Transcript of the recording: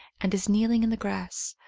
and is kneeling in the grass,